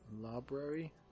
Library